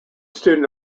student